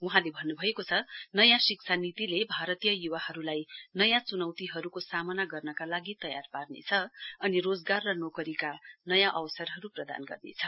वहाँले भन्नभएको छ नयाँ शिक्षा नीति भारतीय युवाहरुलाई नयाँ चुनौतीहरुको सामना गर्नका लागि तयार पार्नेछ अनि रोजगार र नोकरीका नयाँ अवसरहरु प्रदान गर्नेछ